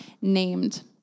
named